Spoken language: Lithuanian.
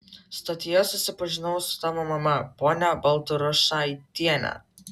stotyje susipažinau su tavo mama ponia baltrušaitiene